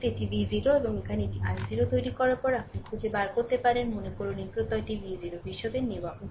এটি v0 এবং এখানে এটি i0 তৈরি করার পরে আপনি খুঁজে বার করতে পারেন মনে করুন এই প্রত্যয়টি V0 হিসাবে নেওয়া উচিত